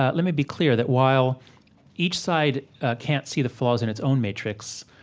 ah let me be clear that while each side can't see the flaws in its own matrix,